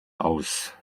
aus